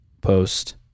post